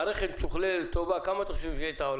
מערכת משוכללת, טובה, כמה אתה חושב שתעלה?